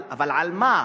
אבל על מה?